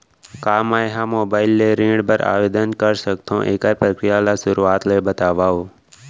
का मैं ह मोबाइल ले ऋण बर आवेदन कर सकथो, एखर प्रक्रिया ला शुरुआत ले बतावव?